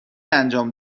انجام